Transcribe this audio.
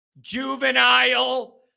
juvenile